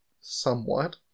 somewhat